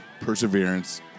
perseverance